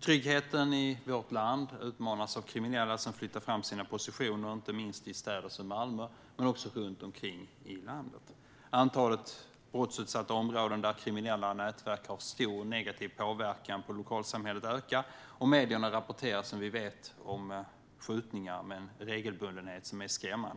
Tryggheten i vårt land utmanas av kriminella som flyttar fram sina positioner, inte minst i städer som Malmö men också runt omkring i landet. Antalet brottsutsatta områden där kriminella nätverk har stor negativ påverkan på lokalsamhället ökar. Medierna rapporterar, som vi vet, om skjutningar med en regelbundenhet som är skrämmande.